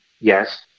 yes